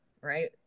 right